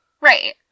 right